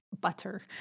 butter